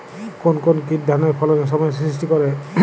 কোন কোন কীট ধানের ফলনে সমস্যা সৃষ্টি করে?